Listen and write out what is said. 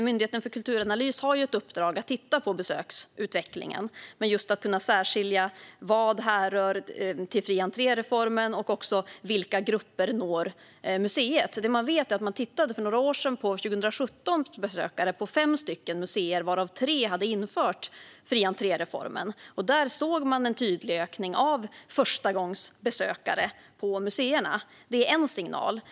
Myndigheten för kulturanalys har ett uppdrag att titta på besöksutvecklingen för att kunna särskilja vad som härrör från fri-entré-reformen och vilka grupper som museerna når. För några år sedan, 2017, tittade man på besökare på fem museer, varav tre hade infört fri-entré-reformen. Där såg man en tydlig ökning av förstagångsbesökare på museerna. Det är en signal.